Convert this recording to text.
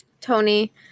Tony